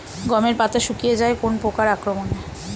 গমের পাতা শুকিয়ে যায় কোন পোকার আক্রমনে?